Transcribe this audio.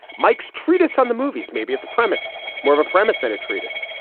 mike's treatise on the movies, maybe its premise more of a premise than a treatise.